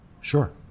sure